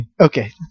Okay